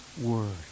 Word